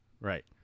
Right